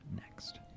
next